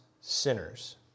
sinners